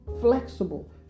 flexible